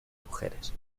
mujeres